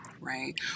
right